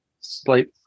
slight